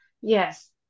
Yes